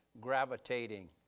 gravitating